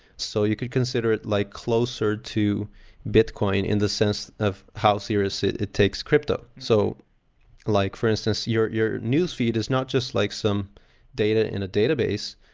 so you could consider it like closer to bitcoin in the sense of how serious it it takes crypto. so like for instance, your your newsfeed is not just like some data in a database,